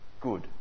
good